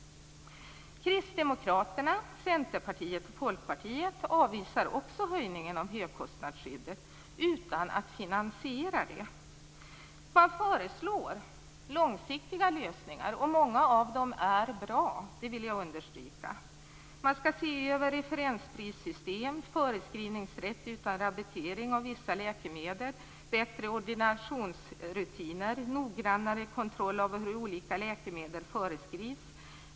Också Kristdemokraterna, Centerpartiet och Folkpartiet avvisar ändringen av högkostnadsskyddet utan att finansiera det. De föreslår långsiktiga lösningar, och många av dessa är bra - det vill jag understryka. Man skall se över referensprissystem, förskrivningsrätt utan rabattering av vissa läkemedel och bättre ordinationsrutiner. Noggrannare kontroll av olika läkemedel föreskrivs.